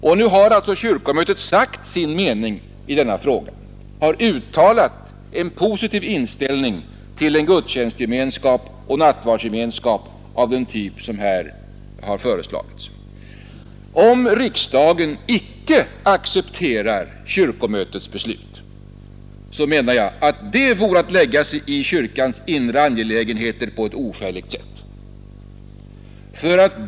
Kyrkomötet har alltså sagt sin mening i denna fråga och uttalat en positiv inställning till en gudstjänstgemenskap och nattvardsgemenskap av den typ som här föreslagits. Om riksdagen inte accepterar kyrkomötets beslut, menar jag att det vore att lägga sig i kyrkans inre angelägenheter på ett oskäligt sätt.